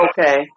Okay